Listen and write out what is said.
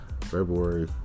February